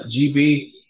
GB